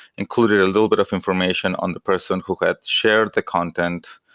included a little bit of information on the person who had shared the content,